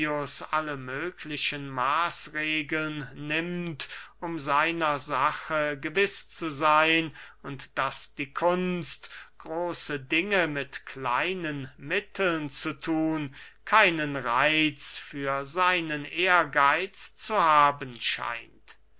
alle mögliche maßregeln nimmt um seiner sache gewiß zu seyn und daß die kunst große dinge mit kleinen mitteln zu thun keinen reitz für seinen ehrgeitz zu haben scheint